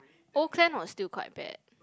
old clan was still quite bad